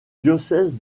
diocèse